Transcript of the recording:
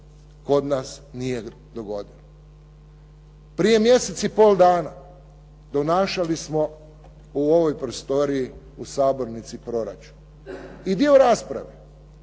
kod nas nije dogodilo. Prije mjesec i pol dana donašali smo u ovoj prostorniji u sabornici proračun i dio rasprave